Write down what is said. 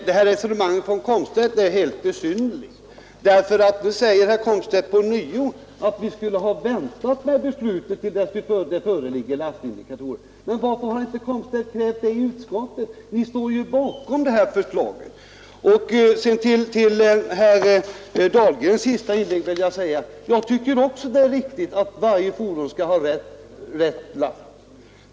Herr talman! Herr Komstedts resonemang är mycket besynnerligt. Han upprepar att vi skulle ha väntat med detta beslut till dess vi hade fått lastindikatorer. Men varför har inte herr Komstedt krävt det i utskottet? Ni står ju bakom det här förslaget. Sedan vill jag som svar på herr Dahlgrens senaste inlägg säga, att jag tycker också det är riktigt att varje fordon skall ha rätt last.